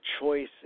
choice